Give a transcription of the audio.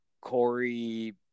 Corey